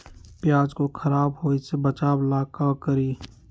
प्याज को खराब होय से बचाव ला का करी?